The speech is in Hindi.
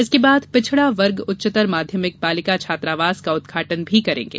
इसके बाद पिछड़ा वर्ग उच्चतर माध्यमिक बालिका छात्रावास का उद्घाटन करेंगे